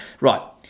right